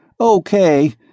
Okay